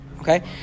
Okay